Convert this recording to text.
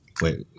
Wait